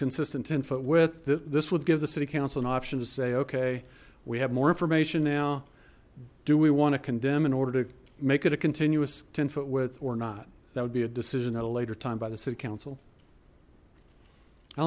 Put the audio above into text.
consistent info with that this would give the city council an option to say okay we have more information now do we want to condemn in order to make it a continuous ten foot width or not that would be a decision at a later time by the city council i